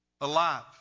alive